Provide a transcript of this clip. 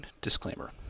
Disclaimer